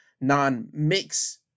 non-mix